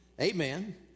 Amen